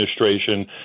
administration